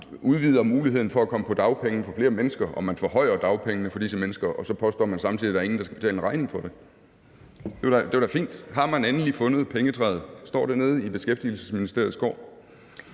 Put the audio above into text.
udvider muligheden for at komme på dagpenge til flere mennesker og man forhøjer dagpengene for disse mennesker, og så påstår man samtidig, at ingen skal betale en regning for det. Det ville da være fint. Har man endelig fundet pengetræet? Står det nede i Beskæftigelsesministeriets gård?